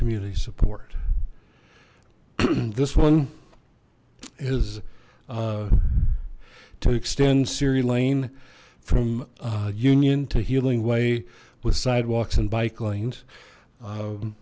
community support this one is to extend siri lane from union to healing way with sidewalks and bike lanes